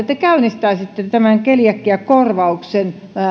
te käynnistäisitte keliakiakorvauksen